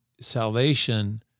salvation